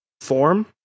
form